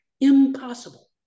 Impossible